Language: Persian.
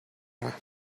رحم